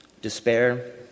despair